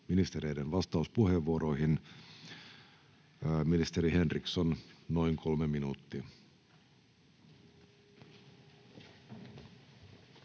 ministereiden vastauspuheenvuoroihin. — Ministeri Henriksson, noin kolme minuuttia.